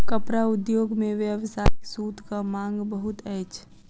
कपड़ा उद्योग मे व्यावसायिक सूतक मांग बहुत अछि